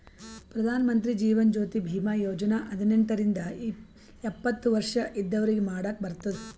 ಪ್ರಧಾನ್ ಮಂತ್ರಿ ಜೀವನ್ ಜ್ಯೋತಿ ಭೀಮಾ ಯೋಜನಾ ಹದಿನೆಂಟ ರಿಂದ ಎಪ್ಪತ್ತ ವರ್ಷ ಇದ್ದವ್ರಿಗಿ ಮಾಡಾಕ್ ಬರ್ತುದ್